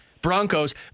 Broncos